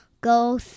go